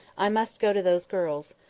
i must go to those girls.